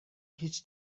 هیچ